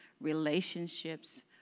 relationships